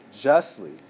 Justly